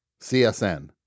CSN